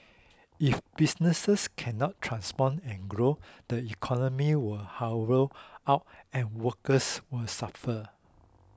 if businesses cannot transform and grow the economy will hollow out and workers will suffer